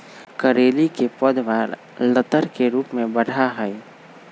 करेली के पौधवा लतर के रूप में बढ़ा हई